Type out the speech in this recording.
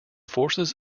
forces